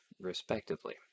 Respectively